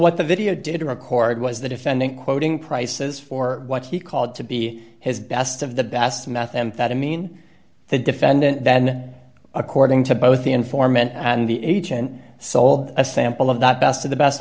what the video did record was the defendant quoting prices for what he called to be his best of the best methamphetamine the defendant then according to both the informant and the agent sold a sample of that best of the best